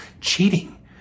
cheating